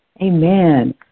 Amen